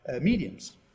mediums